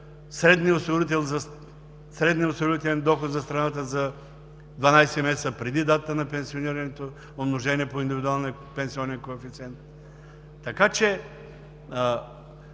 средният осигурителен доход за страната за 12 месеца преди датата на пенсионирането, умножени по индивидуалния пенсионен коефициент; и